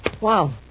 Wow